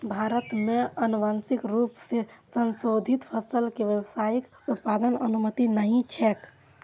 भारत मे आनुवांशिक रूप सं संशोधित फसल के व्यावसायिक उत्पादनक अनुमति नहि छैक